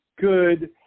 good